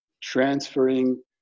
transferring